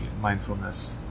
mindfulness